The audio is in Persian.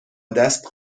دست